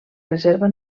reserva